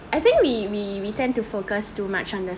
I think we we we tend to focus too much on this